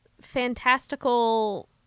fantastical